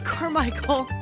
Carmichael